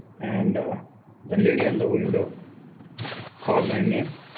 and the lady on the window called my name